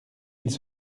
mille